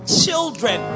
children